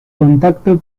contacto